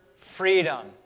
freedom